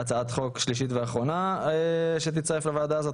הצעת חוק שלישית ואחרונה שתצטרף לוועדה הזאת